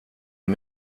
och